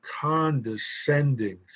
condescending